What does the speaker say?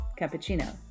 cappuccino